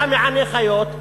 אתה מענה חיות,